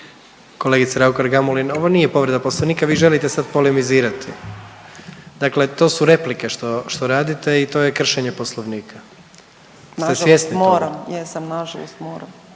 Kolegice Raukar-Gamulin, ovo nije povreda Poslovnika, vi želite sad polemizirati. Dakle to su replike što, što radite i to je kršenje Poslovnika. Ste svjesni? .../Upadica: Nažalost, moram.